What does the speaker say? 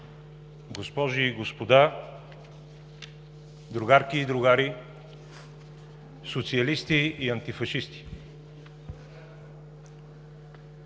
госпожи и господа, другарки и другари, социалисти и антифашисти!